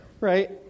right